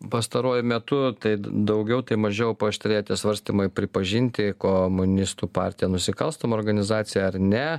pastaruoju metu tai d daugiau tai mažiau paaštrėja tie svarstymai pripažinti komunistų partiją nusikalstama organizacija ar ne